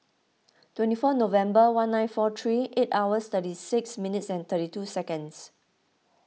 twenty four November one nine four three eight hours thirty six minutes and thirty two seconds